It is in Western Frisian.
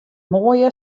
moaie